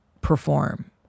perform